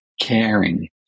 caring